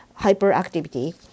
hyperactivity